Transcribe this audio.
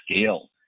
scale